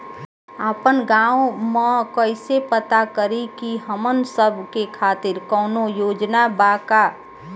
आपन गाँव म कइसे पता करि की हमन सब के खातिर कौनो योजना बा का?